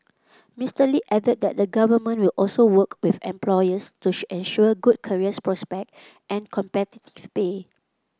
Mister Lee added that the Government will also work with employers to ensure good career prospect and competitive pay